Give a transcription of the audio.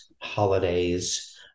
holidays